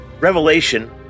Revelation